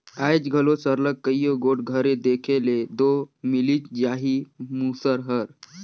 आएज घलो सरलग कइयो गोट घरे देखे ले दो मिलिच जाही मूसर हर